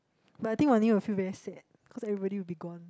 but I think Wan-Yee will feel very sad because everybody will be gone